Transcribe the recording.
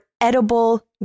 edible